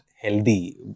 healthy